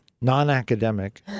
non-academic